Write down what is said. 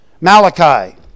Malachi